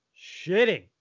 shitting